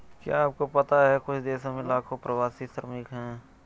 क्या आपको पता है कुछ देशों में लाखों प्रवासी श्रमिक हैं?